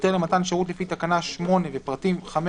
והיתר למתן שירות לפי תקנה 8 ופרטים 5,